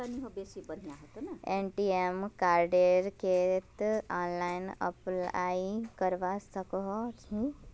ATM कार्डेर केते online apply करवा सकोहो ही?